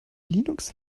linux